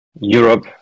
Europe